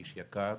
איש יקר,